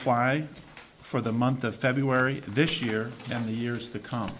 fly for the month of february this year and the years to come